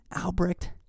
Albrecht